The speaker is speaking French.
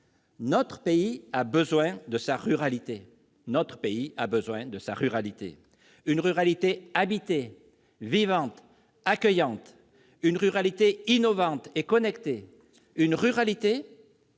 notre pays a besoin de sa ruralité ; une ruralité habitée, vivante, accueillante ; une ruralité innovante et connectée ; une ruralité